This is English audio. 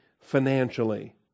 financially